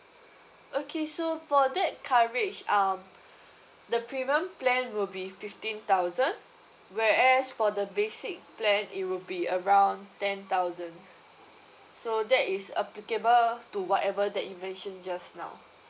okay so for that coverage um the premium plan will be fifteen thousand whereas for the basic plan it will be around ten thousand so that is applicable to whatever that you mentioned just now